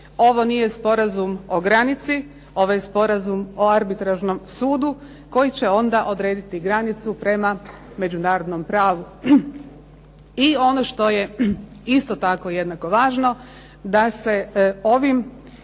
Ovo nije sporazum o granici, ovo je sporazum o arbitražnom sudu koji će onda odrediti granicu prema međunarodnom pravu. I ono što je isto tako jednako važno, da se ovim